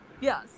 Yes